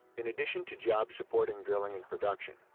in addition to jobs supporting drilling and production,